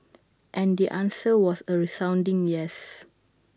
and the answer was A resounding yes